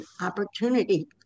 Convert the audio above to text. opportunity